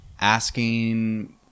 asking